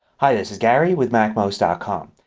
hi, this is gary with macmost ah com.